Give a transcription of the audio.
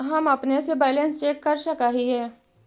हम अपने से बैलेंस चेक कर सक हिए?